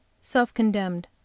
self-condemned